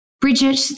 Bridget